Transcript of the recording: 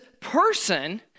person